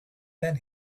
then